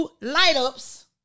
light-ups